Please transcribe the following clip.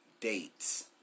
dates